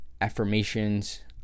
affirmations